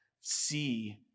see